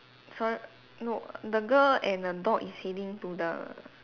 so no the girl and the dog is heading to the